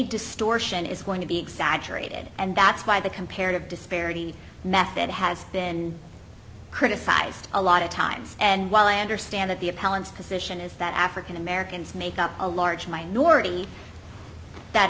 distortion is going to be exaggerated and that's why the comparative disparity method has been criticized a lot of times and while i understand that the appellant's position is that african americans make up a large minority that